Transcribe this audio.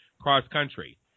cross-country